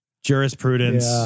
jurisprudence